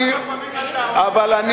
כמה פעמים אתה אומר?